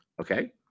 Okay